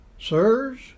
Sirs